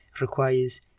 requires